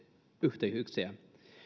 yhteyksiä